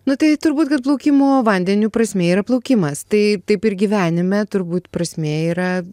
nu tai turbūt kad plaukimo vandeniu prasmė yra plaukimas tai taip ir gyvenime turbūt prasmė yra